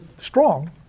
strong